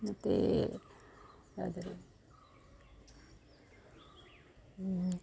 ಮತ್ತು ಯಾವ್ದಾದ್ರು